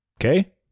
Okay